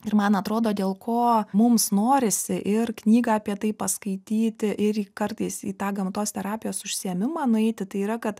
ir man atrodo dėl ko mums norisi ir knygą apie tai paskaityti ir į kartais į tą gamtos terapijos užsiėmimą nueiti tai yra kad